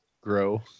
grow